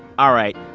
all right,